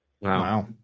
Wow